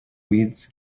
weeds